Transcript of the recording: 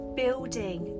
building